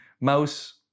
mouse